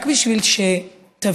רק בשביל שתבינו,